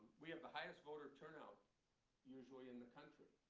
we have the highest voter turnout usually in the country.